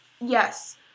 yes